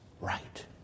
right